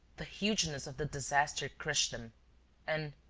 the hugeness of the disaster crushed them and,